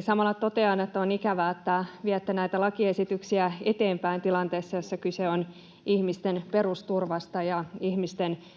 Samalla totean, että on ikävää, että viette näitä lakiesityksiä eteenpäin tilanteessa, jossa kyse on ihmisten perusturvasta ja ihmisten perusoikeuksista,